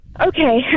Okay